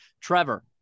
Trevor